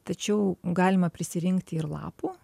tačiau galima prisirinkti ir lapų